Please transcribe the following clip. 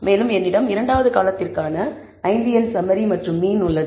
மேலும் என்னிடம் இரண்டாவது காலத்திற்கான 5 எண் சம்மரி மற்றும் மீன் உள்ளது